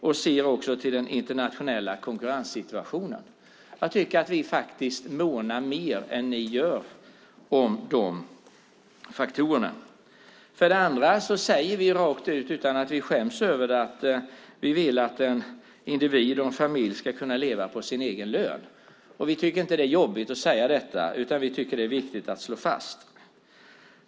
Vi ser också till den internationella konkurrenssituationen. Jag tycker att vi faktiskt månar mer än ni gör om de faktorerna. För det andra säger vi rakt ut, utan att skämmas över det, att vi vill att en individ och en familj ska kunna leva på sin egen lön. Vi tycker inte att det är jobbigt att säga detta, utan vi tycker att det är viktigt att slå fast.